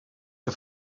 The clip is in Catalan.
que